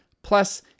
Plus